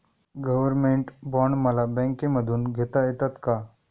Government bond मला बँकेमधून घेता येतात का?